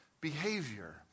behavior